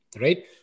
right